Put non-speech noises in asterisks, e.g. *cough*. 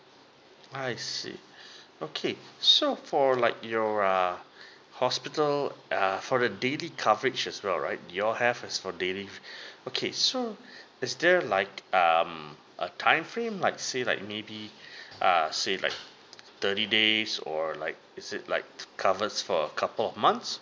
I see okay so for like your uh hospital err for the daily coverage as well right you all have is for daily *breath* okay so is there like um a time frame like say like maybe err say like thirty days or like is it like covers for a couple of months